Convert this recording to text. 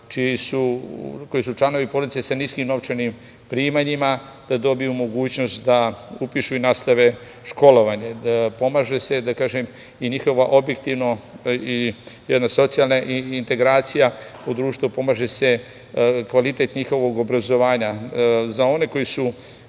koji su članovi porodice sa niskim novčanim primanjima, da dobiju mogućnost da upišu i nastave školovanje. Pomaže se, da kažem, i njihova objektivno jedna socijalna integracija u društvu, pomaže se kvalitet njihovog obrazovanja. Za one koji su,